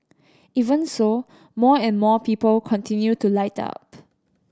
even so more and more people continue to light up